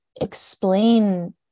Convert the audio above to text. explain